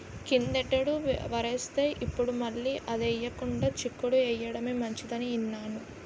కిందటేడు వరేస్తే, ఇప్పుడు మళ్ళీ అదే ఎయ్యకుండా చిక్కుడు ఎయ్యడమే మంచిదని ఇన్నాను